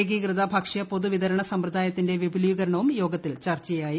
ഏകീകൃത ഭക്ഷ്യ പൊതുവിതരണ സമ്പ്രദായത്തിന്റെ വിപുലീകരണവും യോഗത്തിൽ ചർച്ചയായി